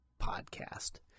podcast